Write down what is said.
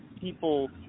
people